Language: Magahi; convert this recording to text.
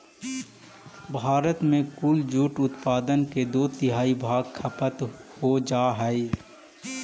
भारत में कुल जूट उत्पादन के दो तिहाई भाग खपत हो जा हइ